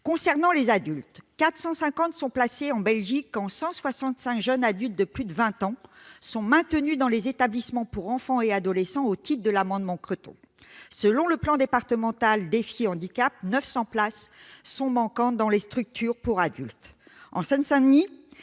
Concernant les adultes, 450 sont placés en Belgique, quand 165 jeunes adultes de plus de vingt ans sont maintenus dans des établissements pour enfants et adolescents au titre de « l'amendement Creton ». Selon le plan départemental « Défi Handicap », 900 places manquent dans les structures pour adultes.